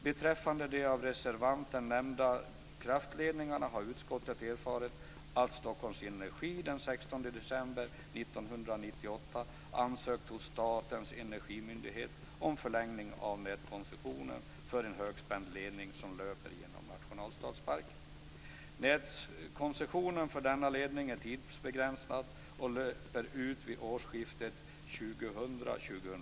Beträffande de av reservanten nämnda kraftledningarna har utskottet erfarit att Stockholm Energi den 16 december 1998 hos Statens energimyndighet ansökte om förlängning av nätkoncessionen för en högspänningsledning som löper genom nationalstadsparken. Nätkoncessionen för denna ledning är tidsbegränsad och löper ut vid årsskiftet 2000/01.